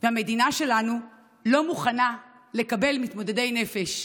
והמדינה שלנו לא מוכנה לקבל מתמודדי נפש.